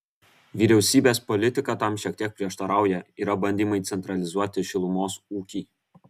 vyriausybės politika tam šiek tiek prieštarauja yra bandymai centralizuoti šilumos ūkį